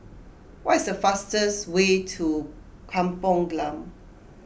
what is the fastest way to Kampung Glam